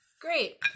Great